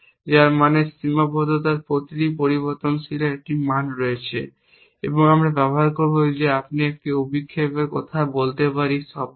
যার মানে সীমাবদ্ধতার প্রতিটি পরিবর্তনশীলের একটি মান রয়েছে এবং আমরা ব্যবহার করব একটি অভিক্ষেপের কথা বলতে পাই শব্দটি